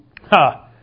Ha